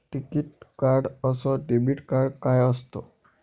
टिकीत कार्ड अस debit card काय असत?